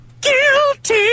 Guilty